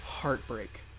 Heartbreak